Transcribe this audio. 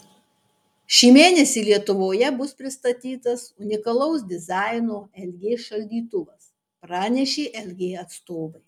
šį mėnesį lietuvoje bus pristatytas unikalaus dizaino lg šaldytuvas pranešė lg atstovai